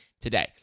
today